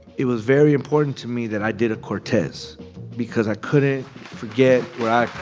it was very important to me that i did a cortez because i couldn't forget where i